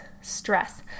stress